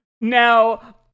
Now